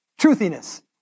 Truthiness